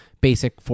basic